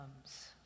comes